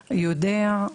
יודע,